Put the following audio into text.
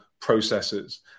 processes